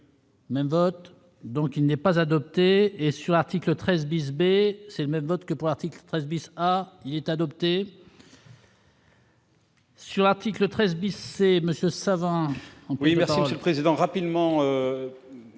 Même vote, donc il n'est pas adopté et sur l'article 13 bis B, c'est le même vote que pour l'article 13 bis, il est adopté. Sur l'article 13 blessés monsieur savants.